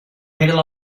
middle